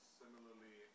similarly